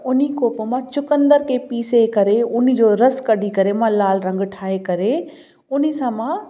त उन कोप मां चुकुंदर खे पीसे करे उन जो रस कढी करे मां लाल रंग ठाहे करे उन सां मां